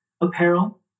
apparel